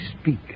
speak